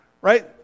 Right